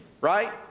right